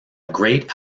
great